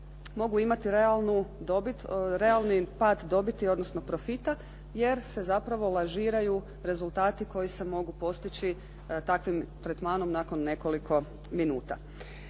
dobit, realni pad dobiti odnosno profita jer se zapravo lažiraju rezultati koji se mogu postići takvim tretmanom nakon nekoliko minuta.